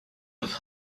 have